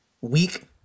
week